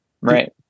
right